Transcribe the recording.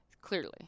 Clearly